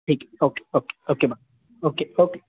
ठीक आहे okay okay okay okay okay